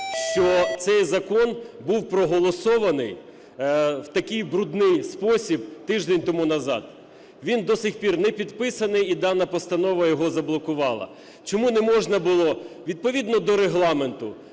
що цей закон був проголосований в такий брудний спосіб тиждень тому назад? Він до сих пір не підписаний, і дана постанова його заблокувала. Чому не можна було відповідно до Регламенту